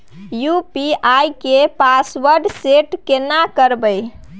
UPI के password set केना करबे?